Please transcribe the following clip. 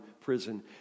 prison